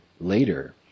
later